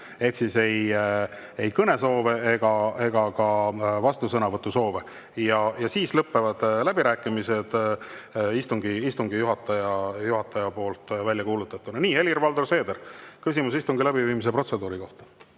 ehk ei ole kõnesoove ega ka vastusõnavõtusoove. Siis lõppevad läbirääkimised istungi juhataja poolt välja kuulutatuna. Nii. Helir-Valdor Seeder, küsimus istungi läbiviimise protseduuri kohta.